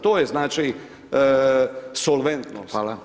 To je znači solventnost.